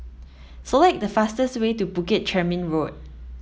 select the fastest way to Bukit Chermin Road